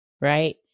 Right